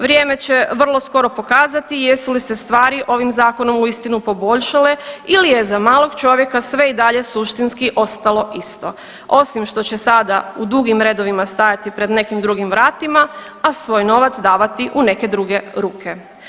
Vrijeme će vrlo skoro pokazati jesu li se stvari ovim zakonom uistinu poboljšale ili je za malog čovjeka sve i dalje suštinski ostalo isto osim što se sada u dugim redovima stajati pred nekim drugim vratima, a svoj novac davati u neke druge ruke.